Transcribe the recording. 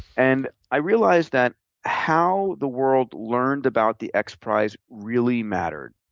and i realized that how the world learned about the xprize really mattered.